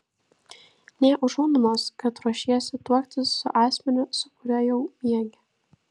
nė užuominos kad ruošiesi tuoktis su asmeniu su kuriuo jau miegi